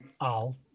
Al